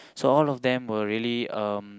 so all of them were really um